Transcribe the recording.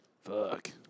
Fuck